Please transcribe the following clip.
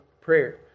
prayer